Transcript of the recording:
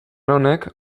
honek